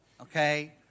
okay